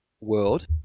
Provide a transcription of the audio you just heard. world